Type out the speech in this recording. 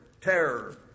Terror